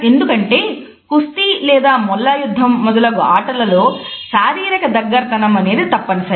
ఎందుకంటే కుస్తీ లేదా మల్ల యుద్ధం మొదలగు ఆటలలో శారీరక దగ్గరతనం అనేది తప్పనిసరి